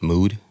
Mood